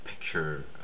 picture